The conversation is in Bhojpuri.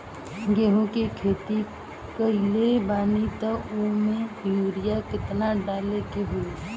गेहूं के खेती कइले बानी त वो में युरिया केतना डाले के होई?